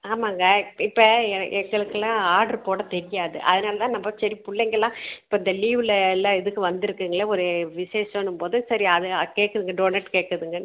ஆமாங்க இப்போ எ எங்களுக்கெல்லாம் ஆர்டர் போடத் தெரியாது அதனால் தான் நம்ம சரி பிள்ளைங்கல்லாம் இப்போ இந்த லீவுவில் எல்லா இதுக்கு வந்திருக்குங்களே ஒரு விசேஷோன்னும் போது சரி அது கேட்குதுங்க டோணட் கேட்குதுங்கண்ட்டு